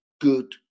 good